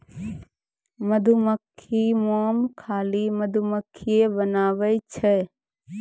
मधुमक्खी मोम खाली मधुमक्खिए बनाबै छै